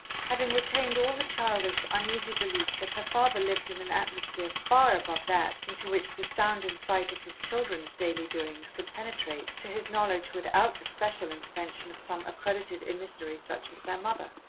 having retained all the childish, uneasy belief that her father lived in an atmosphere far above that into which the sound and sight of his children's daily doings could penetrate to his knowledge without the special intervention of some accredited emissary such as their mother.